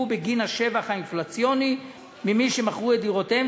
בגין השבח האינפלציוני ממי שמכרו את דירותיהם,